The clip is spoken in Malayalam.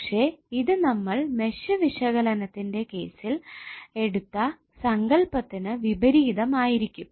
പക്ഷെ ഇത് നമ്മൾ മെഷ് വിശകലത്തിന്റെ കേസിൽ എടുത്ത സങ്കല്പത്തിന് വിപരീതം ആയിരിക്കും